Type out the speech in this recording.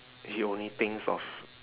he only thinks of